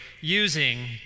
using